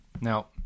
Now